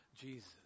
Jesus